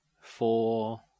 four